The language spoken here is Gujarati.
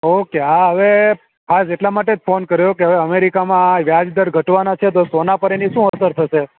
ઓકે હા હવે ખાસ એટલા માટે જ ફોન કર્યો કે હવે અમેરિકામાં વ્યાજ દર ઘટવાના છે તો સોના પર એની શું અસર થશે